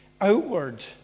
outward